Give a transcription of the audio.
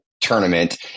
tournament